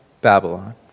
Babylon